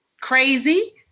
crazy